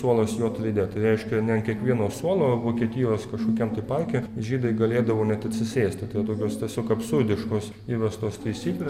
suolas jot raide reiškia ne ant kiekvieno suolo vokietijos kažkokiam tai parke žydai galėdavo net atsisėsti tai vat tokios tiesiog absurdiškos įvestos taisyklės